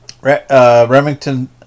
Remington